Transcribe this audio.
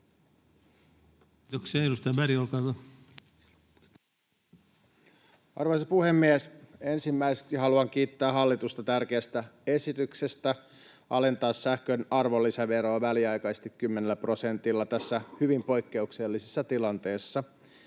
Arvoisa puhemies! Ensimmäiseksi haluan kiittää hallitusta tärkeästä esityksestä alentaa sähkön arvonlisäveroa väliaikaisesti 10 prosentilla tässä hyvin poik-keuksellisessa tilanteessa.